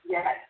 Yes